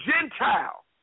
Gentile